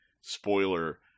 spoiler